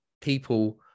people